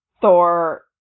Thor